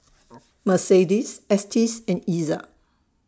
Mercedes Estes and Iza